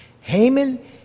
Haman